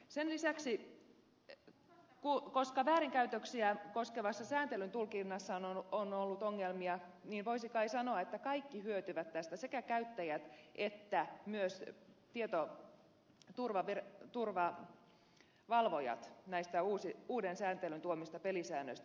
sen lisäksi koska väärinkäytöksiä koskevassa sääntelyn tulkinnassa on ollut ongelmia niin voisi kai sanoa että kaikki hyötyvät sekä käyttäjät että myös tietoturvavalvojat näistä uuden sääntelyn tuomista pelisäännöistä